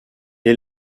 est